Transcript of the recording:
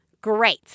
Great